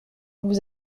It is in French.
vous